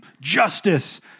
justice